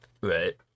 Right